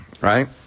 Right